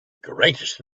greatest